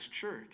church